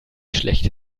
schlecht